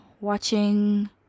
watching